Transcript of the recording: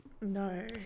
No